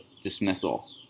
dismissal